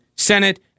senate